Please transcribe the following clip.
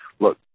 look